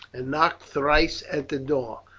and knock thrice at the door.